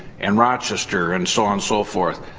and rochester and so on so forth.